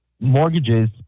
mortgages